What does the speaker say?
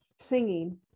singing